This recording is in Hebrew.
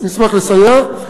נשמח לסייע.